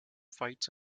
fights